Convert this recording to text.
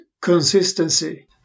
consistency